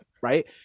right